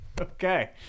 Okay